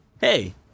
Hey